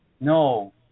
no